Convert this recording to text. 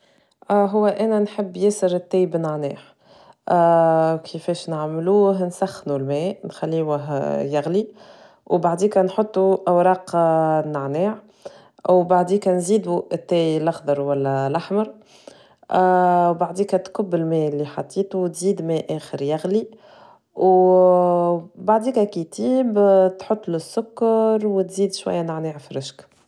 هو انا نحب ياسر تاي بنعناع كيفاش نعملوه نسخنو الماء نخليوه يغلي و بعديكا نحطو اوراق النعناع و بعديكا تزيدو التاي لخضر ولا الاحمر بعديكا تكب الماء لي حطيتو و تزيد ماء اخر يغلي و بعديكا كي يطيب تحطلو السكر و تزيد شوية نعناع فرشك